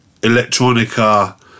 electronica